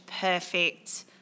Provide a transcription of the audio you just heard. perfect